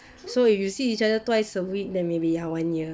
so if you see each other twice a week then ya maybe one year